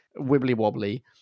wibbly-wobbly